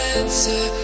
answer